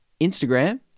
Instagram